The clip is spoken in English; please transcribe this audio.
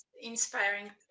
inspiring